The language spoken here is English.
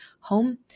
home